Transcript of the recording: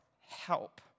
help